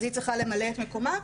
אז היא צריכה למלא את מקומה,